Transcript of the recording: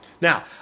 Now